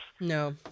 No